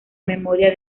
memoria